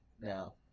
now